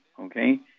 okay